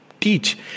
teach